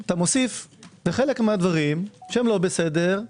אתה מוסיף לחלק מהדברים שאינם בסדר,